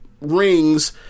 rings